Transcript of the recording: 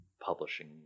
publishing